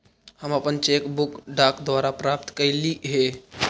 हम अपन cheque book डाक द्वारा प्राप्त कईली हे